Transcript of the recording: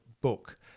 book